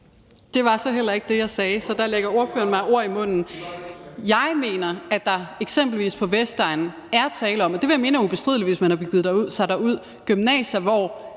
Det var så heller ikke det, jeg sagde. Så der ligger ordføreren mig ord i munden. Jeg mener, at der eksempelvis på Vestegnen er tale om – og det vil jeg mene er ubestrideligt, hvis man har begivet sig derud – gymnasier, hvor